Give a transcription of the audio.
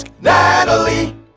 Natalie